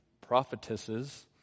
prophetesses